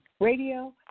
Radio